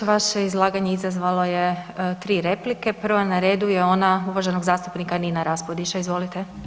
Vaše izlaganje izazvalo je tri replike, prva na redu je ona uvaženog zastupnika Nine Raspudića, izvolite.